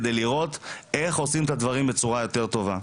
כדי לראות איך עושים את הדברים בצורה יותר טובה.